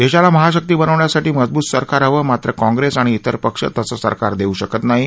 दशिला महाशक्ती बनवण्यासाठी मजबूत सरकार हवं मात्र काँग्रस्तआणि तिर पक्ष तसं सरकार दस्त शकत नाहीत